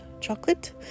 chocolate